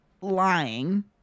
lying